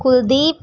Kuldeep